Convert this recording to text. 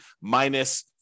minus